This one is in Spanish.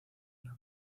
una